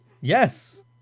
Yes